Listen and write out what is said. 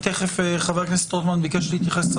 חבר הכנסת רוטמן ביקש להתייחס,